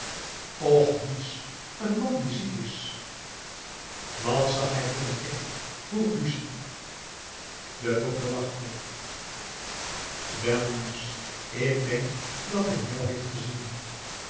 och niets een man die ziek is wat zag hij voor een dikke vroeg lucie de dokter lachte wel luus ik denk dat hij jou heeft gezien